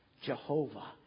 Jehovah